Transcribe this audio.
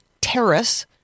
Terrace